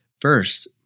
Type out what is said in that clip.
First